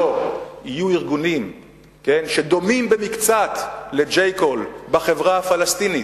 עד שלא יהיו ארגונים שדומים במקצת ל- J Call בחברה הפלסטינית,